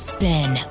Spin